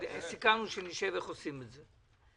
סיכמנו שנשב ונחשוב איך עושים את זה.